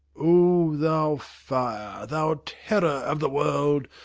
o thou fire, thou terror of the world!